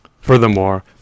Furthermore